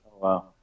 wow